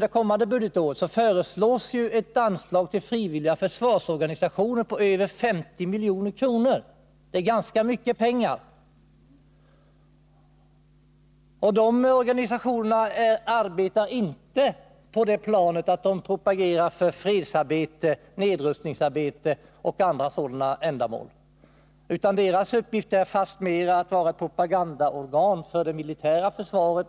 det kommande budgetåret föreslås ett anslag till frivilliga försvarsorganisationer på över 50 milj.kr. Det är ganska mycket pengar. Dessa organisationer propagerar inte för fredsarbete, nedrustningsarbete och andra sådana ändamål, utan deras uppgift är fastmer att vara propagandaorgan för det militära försvaret.